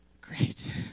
Great